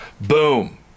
Boom